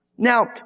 Now